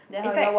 in fact